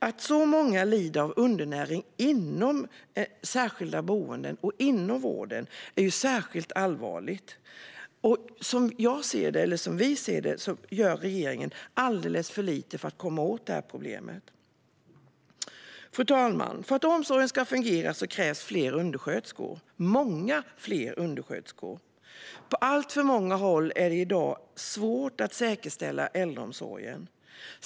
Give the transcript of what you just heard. Att så många lider av undernäring inom särskilda boenden och vården är särskilt allvarligt. Som vi ser det gör regeringen alldeles för lite för att komma åt detta problem. Fru talman! För att omsorgen ska fungera krävs många fler undersköterskor. På alltför många håll är det i dag svårt att säkerställa äldreomsorgen.